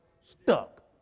stuck